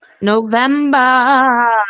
November